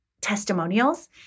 testimonials